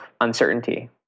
uncertainty